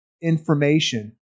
information